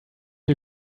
you